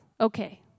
okay